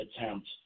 attempt